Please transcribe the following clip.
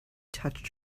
touched